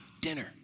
dinner